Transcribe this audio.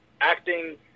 acting